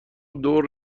دور